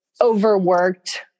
overworked